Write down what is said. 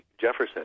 Jefferson